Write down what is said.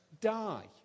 die